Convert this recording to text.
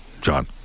John